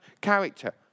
character